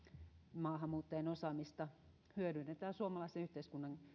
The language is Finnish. maahanmuuttajien osaamista hyödynnetään suomalaisen yhteiskunnan